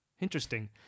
Interesting